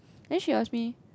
then she asks me